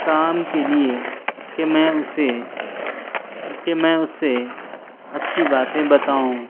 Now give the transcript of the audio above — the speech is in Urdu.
کام کے لیے کہ میں اسے کہ میں اس سے اچھی باتیں بتاؤں